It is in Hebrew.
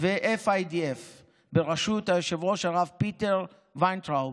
ו-FIDF בראשות היושב-ראש הרב פיטר וינטראוב,